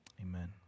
Amen